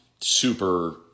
super